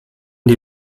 die